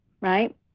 right